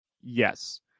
Yes